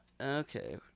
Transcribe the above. okay